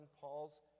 Paul's